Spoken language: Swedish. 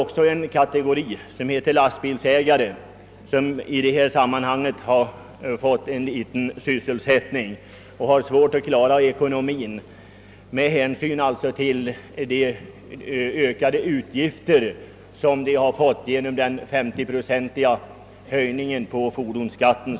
Och en annan kategori, nämligen lastbilsägarna, har drabbats av minskad sysselsättning samtidigt som de har svårt att klara ekonomin på grund av de ökade utgifter som de fått genom den 50-procentiga höjningen av fordonsskatten.